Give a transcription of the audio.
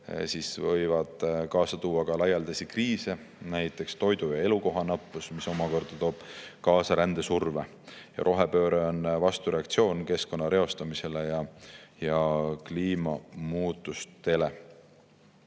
võivad kaasa tuua laialdasi kriise, näiteks toidu- ja elukohanappuse, mis omakorda toob kaasa rändesurve. Rohepööre on vastureaktsioon keskkonna reostamisele ja kliimamuutustele.